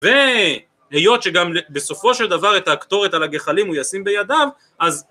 והיות שגם בסופו של דבר את ההקטורת על הגחלים הוא ישים בידיו אז